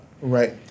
Right